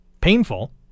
painful